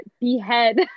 Behead